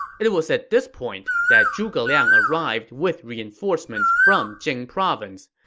it was at this point that zhuge liang arrived with reinforcements from jing province.